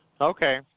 Okay